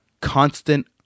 constant